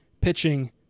pitching